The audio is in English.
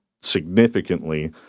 significantly